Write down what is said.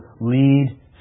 lead